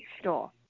store